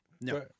No